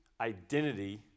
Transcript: identity